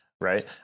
right